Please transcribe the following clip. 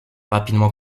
rapidement